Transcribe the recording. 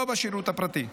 לא בשירות הפרטי.